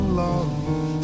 love